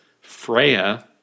Freya